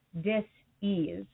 dis-ease